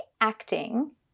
acting